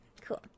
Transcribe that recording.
Cool